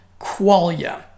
Qualia